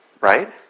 right